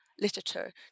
literature